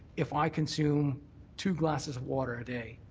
if i consume two glasses of water a day,